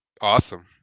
Awesome